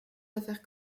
affaires